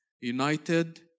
united